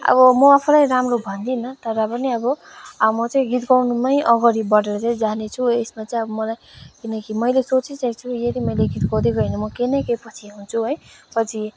अब म आफैलाई राम्रो भन्दिनँ तर पनि अब म चाहिँ गीत गाउनुमै अगाडि बढेर जानेछु त्यसमा चाहिँ मलाई किनकि मैले सोचिसकेको छु यदि मैले गीत गाउँदै गएँ भने म केही न केही पछि हुन्छु है पछि